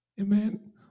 Amen